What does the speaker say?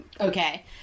Okay